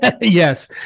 Yes